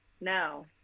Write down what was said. No